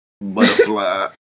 butterfly